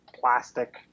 Plastic